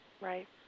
Right